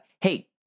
hey